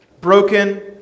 Broken